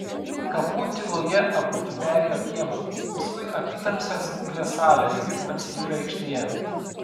kapų tyloje abudu perėjo kiemą paskui apytamsę smuklės salę ir atsidūrė aikštėje